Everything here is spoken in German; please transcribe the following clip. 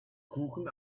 kuchen